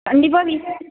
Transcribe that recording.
கண்டிப்பாக விசாரி